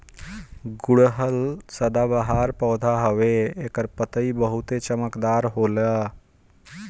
गुड़हल सदाबाहर पौधा हवे एकर पतइ बहुते चमकदार होला